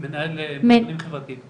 מנהל מועדונים חברתיים